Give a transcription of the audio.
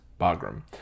Bagram